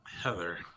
Heather